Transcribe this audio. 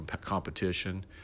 competition